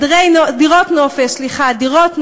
דירות נופש,